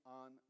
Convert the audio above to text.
on